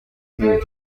king